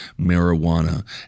marijuana